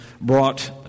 brought